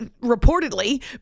reportedly